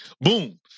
Boom